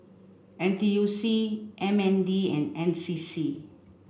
N T U C M N D and N C C